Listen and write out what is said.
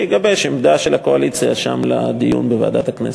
ויגבש עמדה של הקואליציה שם לדיון בוועדת הכנסת.